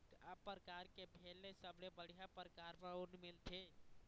का परकार के भेड़ ले सबले बढ़िया परकार म ऊन मिलथे?